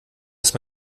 ist